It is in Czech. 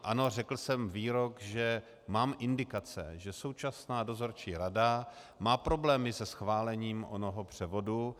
Ano, řekl jsem výrok, že mám indikace, že současná dozorčí rada má problémy se schválením onoho převodu.